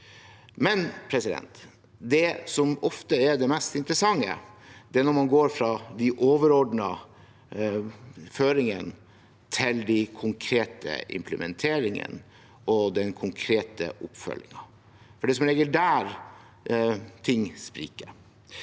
og datasentre. Det som ofte er det mest interessante, er når man går fra de overordnede føringene til den konkrete implementeringen og den konkrete oppfølgingen, for det er som regel der ting spriker.